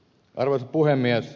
arvoisa puhemies